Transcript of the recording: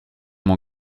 mon